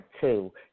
two